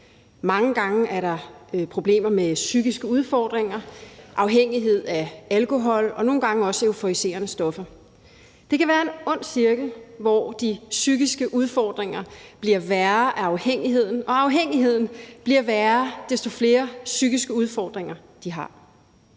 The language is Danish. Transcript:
Mange gange er der i form af psykiske udfordringer, afhængighed af alkohol og nogle gange også af euforiserende stoffer. Det kan være en ond cirkel, hvor de psykiske udfordringer bliver værre af afhængigheden, og at afhængigheden bliver værre desto flere psykiske udfordringer, der er.